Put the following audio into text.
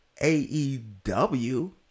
AEW